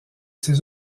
ces